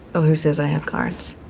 oh who says i have cards.